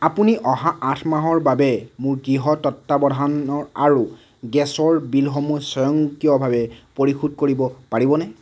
আপুনি অহা আঠ মাহৰ বাবে মোৰ গৃহ তত্বাৱধানৰ আৰু গেছৰ বিলসমূহ স্বয়ংক্ৰিয়ভাৱে পৰিশোধ কৰিব পাৰিবনে